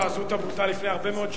לא, הזוטא בוטל לפני הרבה מאוד שנים.